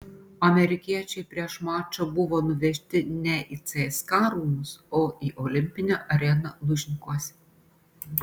amerikiečiai prieš mačą buvo nuvežti ne į cska rūmus į olimpinę areną lužnikuose